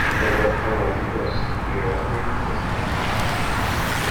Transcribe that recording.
kodėl eurolygos pleiofai prasidės jau vasarą